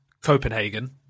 Copenhagen